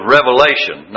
Revelation